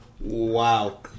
Wow